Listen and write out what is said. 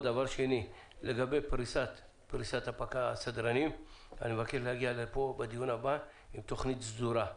לגבי פריסת הסדרנים אני מבקש להגיע לדיון הבא עם תכנית סדורה,